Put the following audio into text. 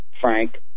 Frank